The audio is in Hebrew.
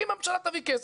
אם הממשלה תביא כסף,